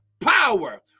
power